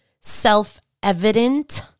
self-evident